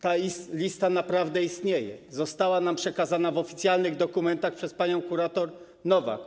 Ta lista naprawdę istnieje, została nam przekazana w oficjalnych dokumentach przez panią kurator Nowak.